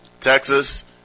Texas